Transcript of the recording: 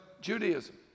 Judaism